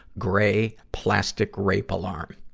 gray, plastic rape alarm.